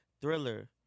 Thriller